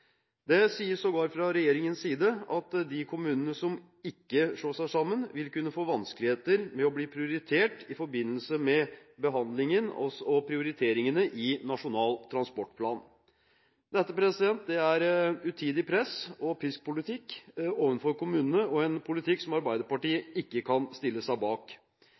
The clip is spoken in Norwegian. Det sies sågar fra regjeringens side at de kommunene som ikke slår seg sammen, vil kunne få vanskeligheter med å bli prioritert i forbindelse med behandlingen og prioriteringene i Nasjonal transportplan. Dette er utidig press-og-pisk-politikk overfor kommunene og en politikk som Arbeiderpartiet ikke kan stille seg bak.